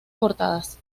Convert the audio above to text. portadas